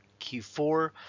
Q4